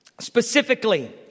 Specifically